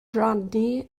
rhannu